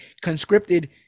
conscripted